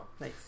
nice